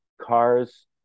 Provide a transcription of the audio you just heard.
cars